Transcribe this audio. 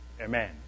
Amen